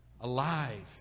alive